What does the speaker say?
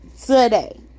today